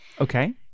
Okay